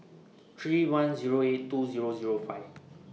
three one Zero eight two Zero Zero five